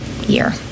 year